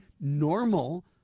normal